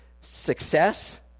success